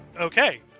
okay